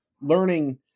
learning